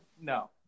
no